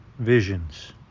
Visions